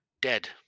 dead